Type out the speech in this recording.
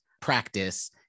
practice